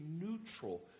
neutral